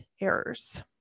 errors